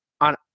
on